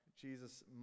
Jesus